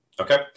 Okay